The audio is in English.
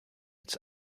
its